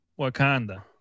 Wakanda